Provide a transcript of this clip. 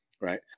right